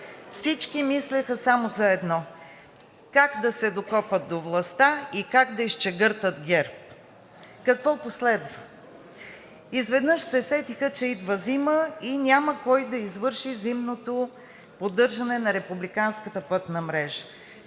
Всички мислеха само за едно – как да се докопат до властта и как да изчегъртат ГЕРБ. Какво последва? Изведнъж се сетиха, че идва зима и няма кой да извърши зимното поддържане на републиканската пътна мрежа.